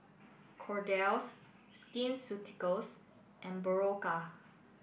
Kordel's Skin Ceuticals and Berocca